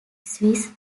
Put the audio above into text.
swiss